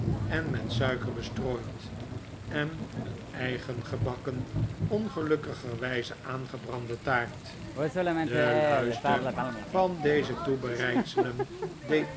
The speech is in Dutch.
en met suiker bestrooid en een eigengebakken ongelukkigerwijze aangebrande taart de luister van deze toebereidselen